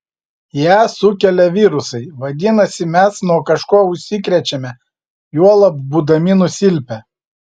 ją sukelia virusai vadinasi mes nuo kažko užsikrečiame juolab būdami nusilpę